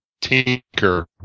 tinker